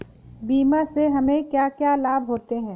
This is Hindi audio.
बीमा से हमे क्या क्या लाभ होते हैं?